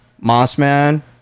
Mossman